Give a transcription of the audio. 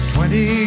Twenty